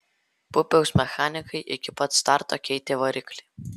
pupiaus mechanikai iki pat starto keitė variklį